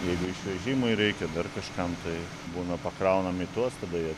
jeigu išvežimui reikia dar kažkam tai būna pakraunam į tuos tada jie